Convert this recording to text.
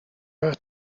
her